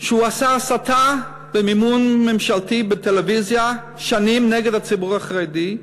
ששנים עשה הסתה במימון ממשלתי בטלוויזיה נגד הציבור החרדי.